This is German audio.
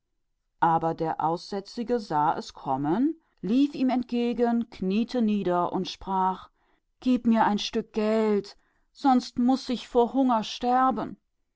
aber der aussätzige sah es kommen und lief ihm entgegen und kniete nieder und rief gib mir ein stück geldes oder ich werde hungers sterben